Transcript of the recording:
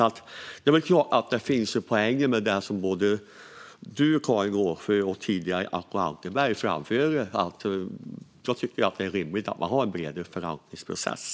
Jag vill tro att det finns poänger med både det som du, Karin Rågsjö, och tidigare Acko Ankarberg framförde. Jag tycker att det är rimligt att man har en bred förvaltningsprocess.